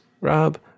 Rob